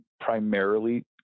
primarily